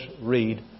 read